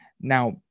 Now